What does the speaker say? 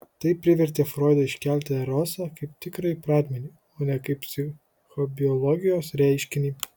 tai privertė froidą iškelti erosą kaip tikrąjį pradmenį o ne kaip psichobiologijos reiškinį